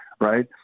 right